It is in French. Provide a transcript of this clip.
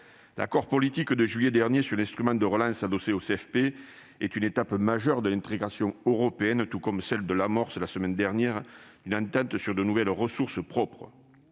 L'accord politique du mois de juillet dernier sur l'instrument de relance adossé au CFP est une étape majeure de l'intégration européenne, tout comme celle de l'amorce, la semaine dernière, d'une entente sur de nouvelles ressources propres.